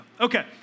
Okay